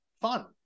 fun